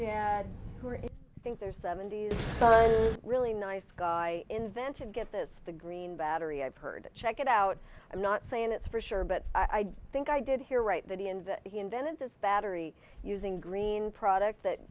dad who think their seventy's some really nice guy invented get this the green battery i've heard check it out i'm not saying it's for sure but i think i did hear right that he and he invented this battery using green product that